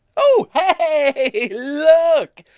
oh, hey! look!